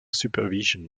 supervision